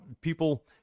people